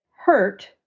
hurt